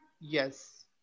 Yes